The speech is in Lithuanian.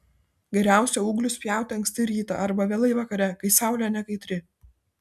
geriausia ūglius pjauti anksti rytą arba vėlai vakare kai saulė nekaitri